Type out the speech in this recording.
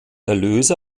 erlöse